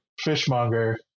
fishmonger